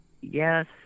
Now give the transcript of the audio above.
Yes